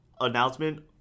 announcement